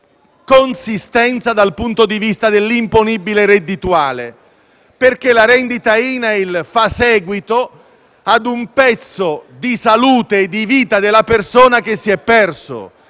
consistenza dal punto di vista dell'imponibile reddituale. La rendita INAIL fa, infatti, seguito a un pezzo di salute e di vita della persona che si è perso,